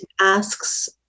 asks